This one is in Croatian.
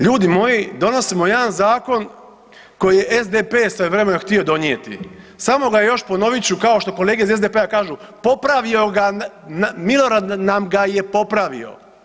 Ljudi moji, donosimo jedan zakon koji je SDP sa vremenom htio donijeti, samo ga je još, ponovit ću, kao što kolege iz SDP-a kažu popravio ga, Milorad nam ga je popravio.